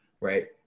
right